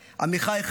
עמיחי חי,